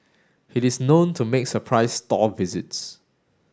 he is known to make surprise store visits